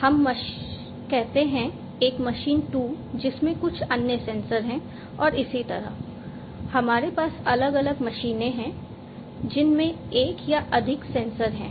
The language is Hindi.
हम कहते हैं एक मशीन 2 जिसमें कुछ अन्य सेंसर हैं और इसी तरह हमारे पास अलग अलग मशीनें हैं जिनमें एक या अधिक सेंसर हैं